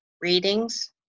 readings